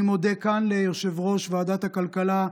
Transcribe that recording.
אני מודה כאן ליושב-ראש ועדת הכלכלה,